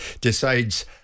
decides